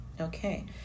Okay